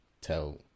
tell